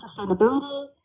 Sustainability